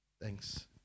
Thanks